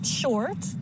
short